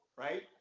Right